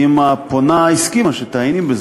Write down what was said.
אם הפונה הסכימה שתעייני בזה.